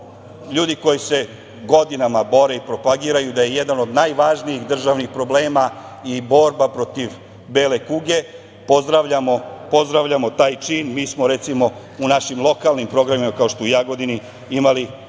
ljudi koji se godinama bore i propagiraju da je jedan od najvažnijih državnih problema i borba protiv bele kuge pozdravljamo taj čin. Mi smo recimo u našim lokalnim programima u Jagodini imali